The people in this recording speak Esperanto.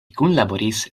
kunlaboris